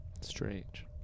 strange